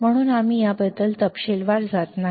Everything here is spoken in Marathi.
म्हणून आम्ही याबद्दल तपशीलवार जात नाही